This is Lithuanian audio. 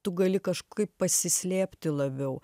tu gali kažkaip pasislėpti labiau